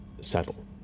settle